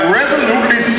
resolutely